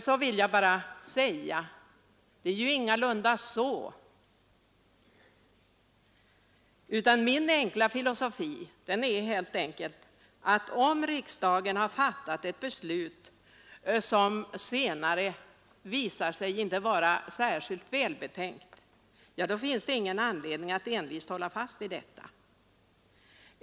Jag vill då bara säga att vi ingalunda misstror justitiedepartementet, utan min enkla filosofi är: Om riksdagen har fattat ett beslut som senare visar sig inte vara särskilt välbetänkt finns det ingen anledning att envist hålla fast vid detta.